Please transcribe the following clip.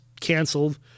canceled